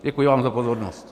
Děkuji vám za pozornost.